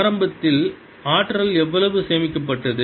0K22 ஆரம்பத்தில் ஆற்றல் எவ்வளவு சேமிக்கப்பட்டது